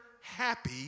happy